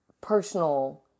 personal